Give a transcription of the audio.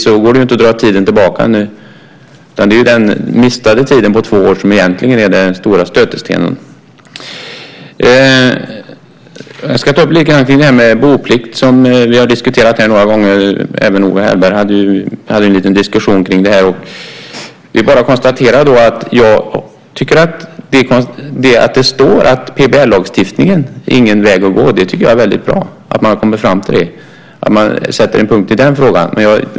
Det går inte att vrida tiden tillbaka. Den förlorade tiden på två år är den stora stötestenen. Jag ska ta upp frågan om boplikt som vi har diskuterat här några gånger. Även Owe Hellberg hade en liten diskussion om det. Det står att PBL-lagstiftningen inte är en väg att gå. Jag tycker att det är väldigt bra att man har kommit fram till det och sätter en punkt i den frågan.